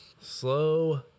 slow